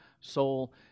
soul